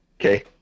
Okay